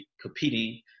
competing